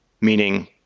meaning